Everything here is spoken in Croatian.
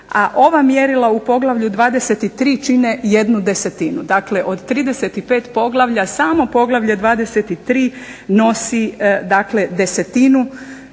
a ova mjerila u poglavlju 23. čine jednu desetinu. Dakle, od 35 poglavlja samo poglavlje 23. nosi dakle desetinu